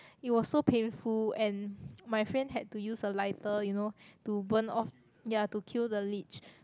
it was so painful and my friend had to use a lighter you know to burn off ya to kill the leech